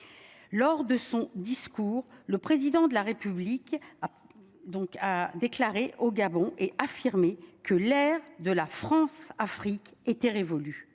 Lors de son discours, le président de la République a donc a déclaré au Gabon et affirmé que l'air de la France Afrique était révolu.